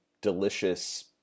delicious